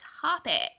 topic